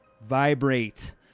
vibrate